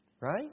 Right